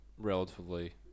Relatively